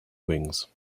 wings